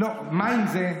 מה עם זה?